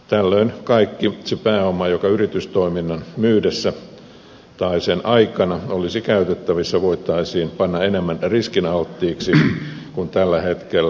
tällöin kaikki se pääoma joka yritystoimintaa myytäessä tai sen aikana olisi käytettävissä voitaisiin panna enemmän riskialttiiksi kuin tällä hetkellä